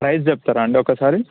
praise చెప్తారా అండి ఒకసారి